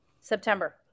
September